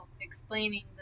explaining